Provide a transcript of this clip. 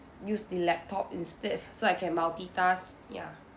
use the laptop instead so I can multitask ya